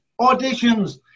auditions